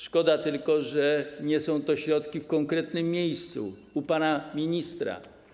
Szkoda tylko, że nie są to środki w konkretnym miejscu, u pana ministra.